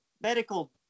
medical